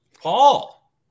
Paul